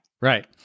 Right